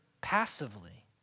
passively